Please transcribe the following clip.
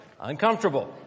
Uncomfortable